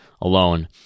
alone